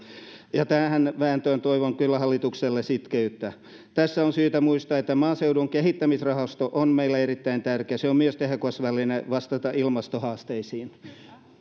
ja tähän vääntöön toivon kyllä hallitukselle sitkeyttä tässä on syytä muistaa että maaseudun kehittämisrahasto on meille erittäin tärkeä se on myös tehokas väline vastata ilmastohaasteisiin